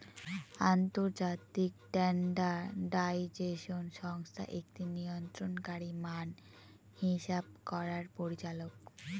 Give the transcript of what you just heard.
আন্তর্জাতিক স্ট্যান্ডার্ডাইজেশন সংস্থা একটি নিয়ন্ত্রণকারী মান হিসাব করার পরিচালক